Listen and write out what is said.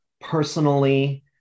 personally